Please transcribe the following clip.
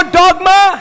dogma